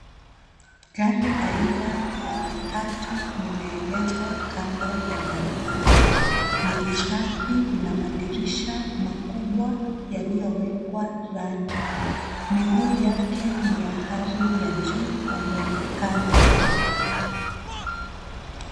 Gari aina ya matatu limeegeshwa kando ya barabara, ni safi, lina madirisha makubwa yaliyowekwa rangi. Miguu yake ni ya hali ya juu kwa muonekano.